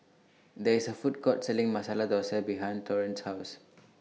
There IS A Food Court Selling Masala Dosa behind Torrent House